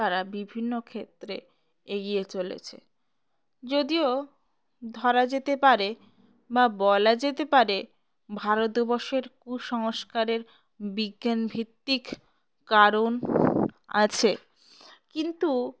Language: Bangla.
তারা বিভিন্ন ক্ষেত্রে এগিয়ে চলেছে যদিও ধরা যেতে পারে বা বলা যেতে পারে ভারতবর্ষের কুসংস্কারের বিজ্ঞান ভিত্তিক কারণ আছে কিন্তু